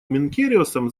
менкериосом